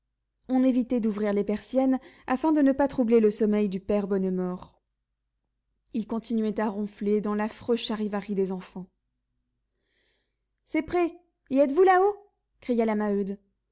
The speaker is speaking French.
on évitait d'ouvrir les persiennes afin de ne pas troubler le sommeil du père bonnemort il continuait à ronfler dans l'affreux charivari des enfants c'est prêt y êtes-vous là-haut cria la maheude